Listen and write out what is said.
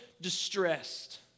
distressed